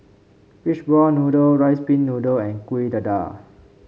fish ball noodle rice pin noodle and Kuih Dadar